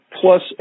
plus